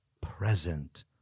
present